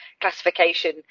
classification